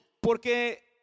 Porque